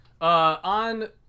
on